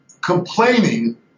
complaining